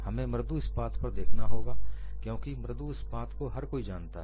हमें मृदु इस्पात पर देखना होगा क्योंकि मृदु इस्पात को हर कोई जानता है